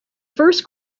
first